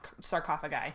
sarcophagi